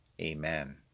Amen